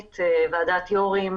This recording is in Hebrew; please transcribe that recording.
לאותם ילדים,